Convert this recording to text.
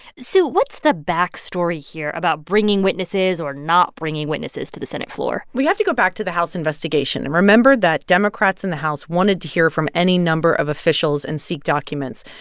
sue, what's the back story here about bringing witnesses or not bringing witnesses to the senate floor? we have to go back to the house investigation and remember that democrats in the house wanted to hear from any number of officials and seek documents,